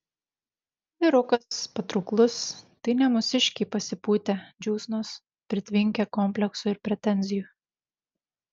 vyrukas patrauklus tai ne mūsiškiai pasipūtę džiūsnos pritvinkę kompleksų ir pretenzijų